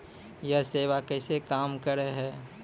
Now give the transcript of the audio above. यह सेवा कैसे काम करै है?